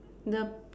the